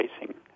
facing